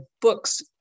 books